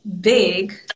big